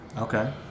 Okay